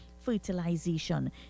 fertilization